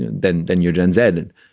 and then then you, jenn's added.